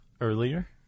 earlier